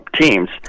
teams